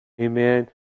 Amen